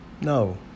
no